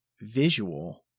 visual